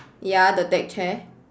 ya the deck chair